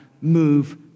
move